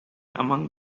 among